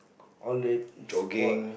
all that sport